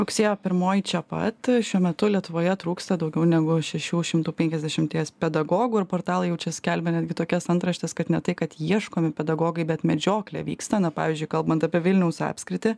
rugsėjo pirmoji čia pat šiuo metu lietuvoje trūksta daugiau negu šešių šimtų penkiasdešimties pedagogų ir portalai jau čia skelbia netgi tokias antraštes kad ne tai kad ieškomi pedagogai bet medžioklė vyksta na pavyzdžiui kalbant apie vilniaus apskritį